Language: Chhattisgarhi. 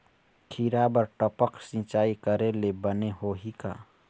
खिरा बर टपक सिचाई करे ले बने होही का?